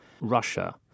Russia